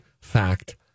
fact